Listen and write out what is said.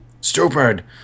Stupid